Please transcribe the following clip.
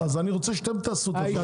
אני רוצה שאתם תעשו את זה.